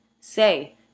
say